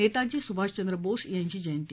नेताजी सुभाषचंद्र बोस यांची जयंती